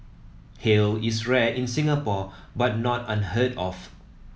hail is rare in Singapore but not unheard of